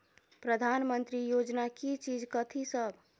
प्रधानमंत्री योजना की चीज कथि सब?